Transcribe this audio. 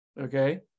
Okay